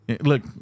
Look